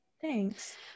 Thanks